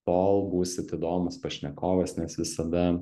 tol būsit įdomus pašnekovas nes visada